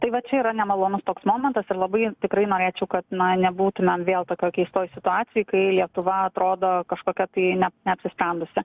tai va čia yra nemalonus toks momentas ir labai tikrai norėčiau kad na nebūtumėm vėl tokioj keistoj situacijoj kai lietuva atrodo kažkokia tai ne neapsisprendusi